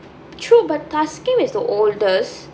true but thaskeen is the oldest